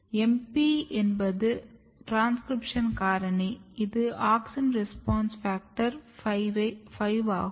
MP என்பது transcription காரணி இது AUXIN RESPONSE FACTOR 5 ஆகும்